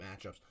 matchups